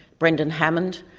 brendan hammond,